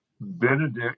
Benedict